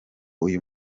uyu